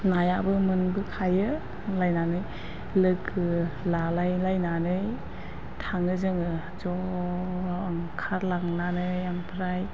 नायाबो मोनबोखायो होनलायनानै लोगो लाज्लायलायनानै थाङो जोङो ज' ओंखारलांनानै ओमफ्राय